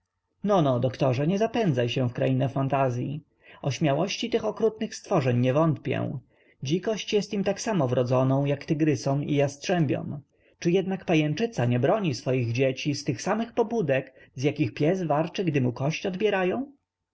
no doktorze nie zapędzaj się w krainę fantazyi o śmiałości tych okrutnych stworzeń nie wątpię dzikość jest im tak samo wrodzoną jak tygrysom i jastrzębiom czy czasem jednak pajęczyca nie broni swoich dzieci z tych samych pobudek z jakich pies warczy gdy mu kość odbierają